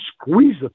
squeeze